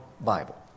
Bible